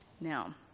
Now